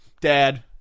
dad